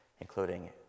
including